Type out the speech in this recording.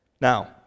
Now